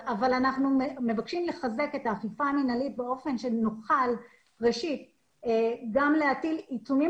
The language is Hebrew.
אנחנו מבקשים לחזק את האכיפה המינהלית באופן שנוכל גם להטיל עיצומים